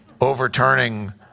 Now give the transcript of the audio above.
overturning